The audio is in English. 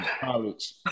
college